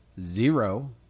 zero